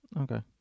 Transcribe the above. Okay